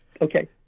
Okay